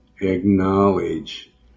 acknowledge